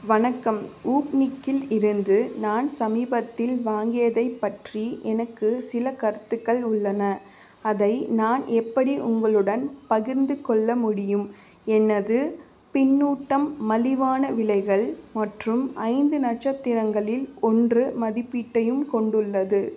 வணக்கம் வூக்னிக்கில் இருந்து நான் சமீபத்தில் வாங்கியதைப் பற்றி எனக்கு சில கருத்துக்கள் உள்ளன அதை நான் எப்படி உங்களுடன் பகிர்ந்துக்கொள்ள முடியும் எனது பின்னூட்டம் மலிவான விலைகள் மற்றும் ஐந்து நட்சத்திரங்களில் ஒன்று மதிப்பீட்டையும் கொண்டுள்ளது